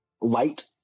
light